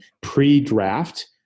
pre-draft